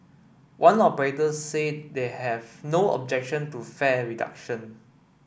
one operator said they have no objection to fare reduction